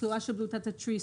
תחלואה של בלוטת התריס,